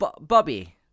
Bobby